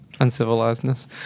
uncivilizedness